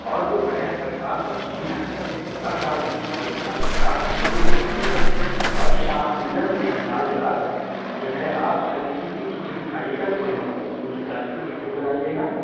اور دوپہر تک آپ کچھ بھی نہ کھائیے گا شام تک ساری شام تک آپ کچھ بھی نہ کھائیے گا اور شام ڈنر میں آج رات جو ہے آپ ہلکی سی کھچڑی کھائیے گا تھوڑی سی مونگ کی دال کی کھچڑی بنائیے گا